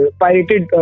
pirated